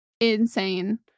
insane